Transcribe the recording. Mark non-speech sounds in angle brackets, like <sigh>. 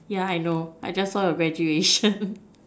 ya I know I just saw your graduation <noise>